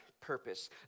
purpose